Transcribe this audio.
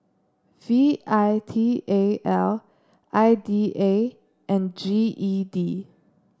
V I T A L I D A and G E D